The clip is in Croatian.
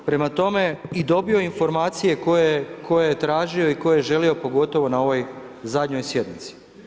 Prema tome i dobio informacije koje je tražio i koje je želio pogotovo na ovoj zadnjoj sjednici.